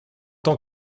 tant